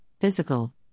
physical